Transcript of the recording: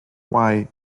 why